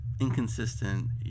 inconsistent